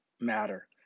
matter